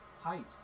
Height